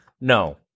no